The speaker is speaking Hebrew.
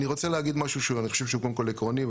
אני רוצה להגיד משהו שאני חושב שהוא קודם כל עקרוני,